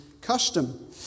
custom